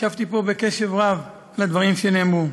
הקשבתי פה בקשב רב לדברים שנאמרו.